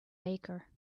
baker